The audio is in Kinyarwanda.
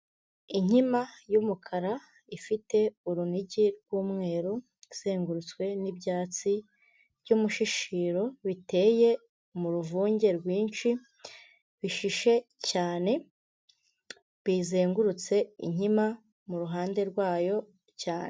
Inkima y'umukara ifite urunigi rw'umweru izengurutswe n'ibyatsi by'umushishiru, biteye mu ruvunge rwinshi bishishe cyane bizengurutse inkima mu ruhande rwayo cyane.